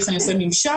איך אני עושה מימשק,